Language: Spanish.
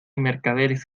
mercaderes